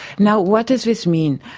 now what does this mean?